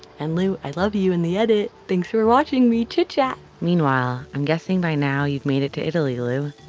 and lou, i love you in the edit. thanks for watching me chit chat. meanwhile, i'm guessing by now you've made it to italy lou.